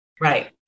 right